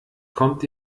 kommt